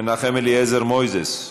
מנחם אליעזר מוזס,